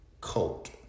coat